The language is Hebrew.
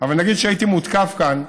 אבל נגיד שהייתי מותקף כאן,